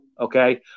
okay